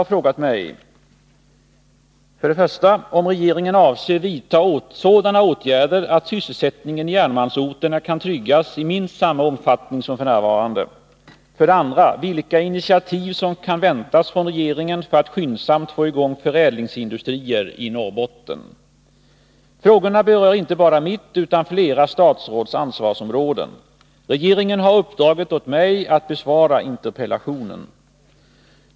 Fru talman! Paul Lestander har frågat mig 2. vilka initiativ som kan väntas från regeringen för att skyndsamt få i gång förädlingsindustrier i Norrbotten. Frågorna berör inte bara mitt, utan flera statsråds ansvarsområden. Regeringen har uppdragit åt mig att besvara interpellationen.